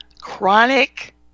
chronic